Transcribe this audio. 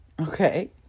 Okay